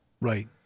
right